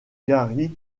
gary